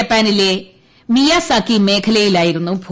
ജപ്പാനിലെ മിയാസാക്കി മേഖലയിലായിരുന്നു ഭൂചലനം